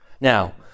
Now